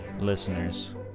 listeners